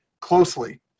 closely